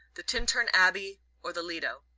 the tintern abbey or the lido.